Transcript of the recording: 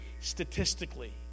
statistically